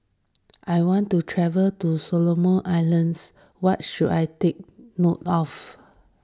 I want to travel to Solomon Islands what should I take note of